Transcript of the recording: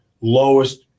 lowest